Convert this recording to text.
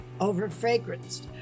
over-fragranced